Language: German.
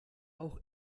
auch